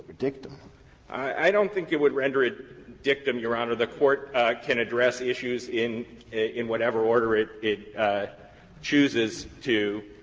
dictum? roberts i don't think it would render it dictum, your honor. the court can address issues in in whatever order it it chooses to,